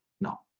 No